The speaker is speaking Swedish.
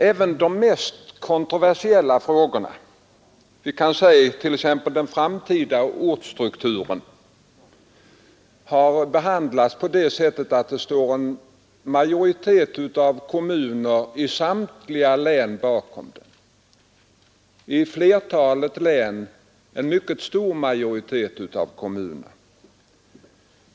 Även de mest kontroversiella frågorna, t.ex. den framtida ortsstrukturen, har behandlats så att det nu står en majoritet av kommuner bakom den i samtliga län, i flertalet län en mycket stor majoritet av kommuner.